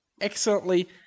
excellently